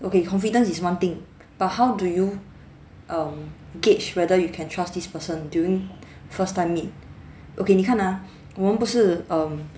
okay confidence is one thing but how do you um gauge whether you can trust this person during first time meet okay 你看啊我们不是 um